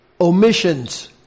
Omissions